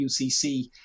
UCC